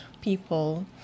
people